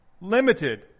limited